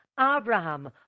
Abraham